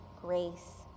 grace